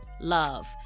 love